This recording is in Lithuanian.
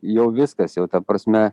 jau viskas jau ta prasme